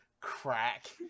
crack